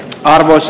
aina myös